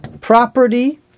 Property